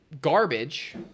garbage